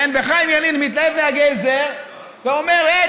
וחיים ילין מתלהב מהגזר ואומר: הי,